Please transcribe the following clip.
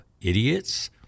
idiots